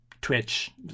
twitch